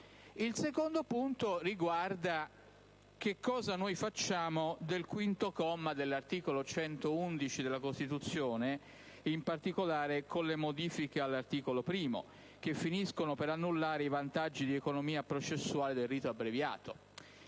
La seconda riguarda cosa noi facciamo del quinto comma dell'articolo 111 della Costituzione, in particolare con le modifiche all'articolo 1, che finiscono per annullare i vantaggi di economia processuale del rito abbreviato.